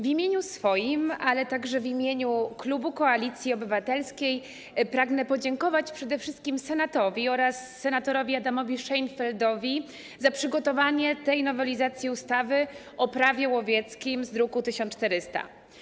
W imieniu swoim, ale także w imieniu klubu Koalicji Obywatelskiej pragnę podziękować przede wszystkim Senatowi oraz senatorowi Adamowi Szejnfeldowi za przygotowanie tej nowelizacji ustawy - Prawo łowieckie z druku nr 1400.